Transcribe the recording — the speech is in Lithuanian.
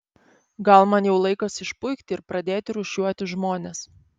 gal man jau laikas išpuikti ir pradėti rūšiuoti žmones